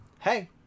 hey